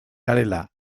garela